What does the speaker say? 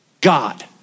God